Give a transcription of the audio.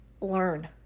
learn